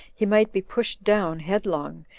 he might be pushed down headlong,